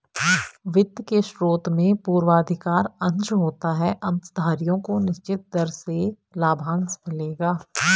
वित्त के स्रोत में पूर्वाधिकार अंश होता है अंशधारियों को निश्चित दर से लाभांश मिलेगा